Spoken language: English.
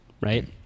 right